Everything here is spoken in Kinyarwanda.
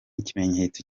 ikimenyetso